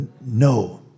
No